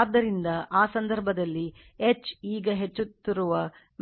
ಆದ್ದರಿಂದ ಆ ಸಂದರ್ಭದಲ್ಲಿ H ಈಗ ಹೆಚ್ಚುತ್ತಿರುವ